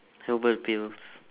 pills